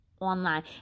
online